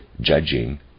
judging